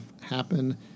happen